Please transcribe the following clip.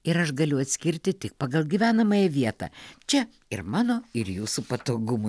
ir aš galiu atskirti tik pagal gyvenamąją vietą čia ir mano ir jūsų patogumui